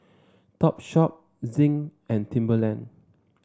Topshop Zinc and Timberland